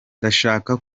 ndashaka